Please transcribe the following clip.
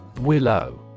Willow